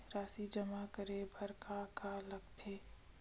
राशि जमा करे बर का का लगथे?